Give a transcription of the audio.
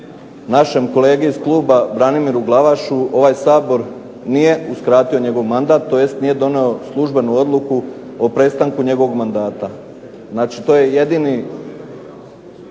našem kolegi iz kluba Branimiru Glavašu ovaj Sabor nije uskratio njegov mandat, tj. nije donio službenu odluku o prestanku njegovog mandata. Znači, to je jedini